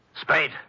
Spade